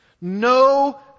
no